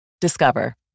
Discover